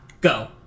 go